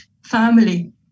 family